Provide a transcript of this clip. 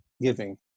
giving